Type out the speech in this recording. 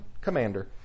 commander